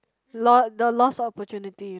lo~ the lost opportunity